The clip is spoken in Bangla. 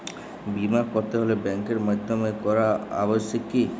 বিমা করাতে হলে ব্যাঙ্কের মাধ্যমে করা আবশ্যিক কি?